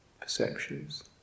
perceptions